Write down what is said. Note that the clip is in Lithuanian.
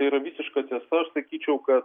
yra visiška tiesa aš sakyčiau kad